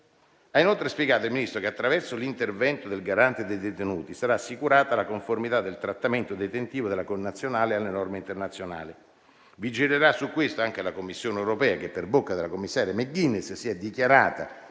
Ha inoltre spiegato il Ministro che, attraverso l'intervento del garante dei detenuti, sarà assicurata la conformità del trattamento detentivo della connazionale alle norme internazionali. Vigilerà su questo anche la Commissione europea che, per bocca della commissaria McGuinness, si è dichiarata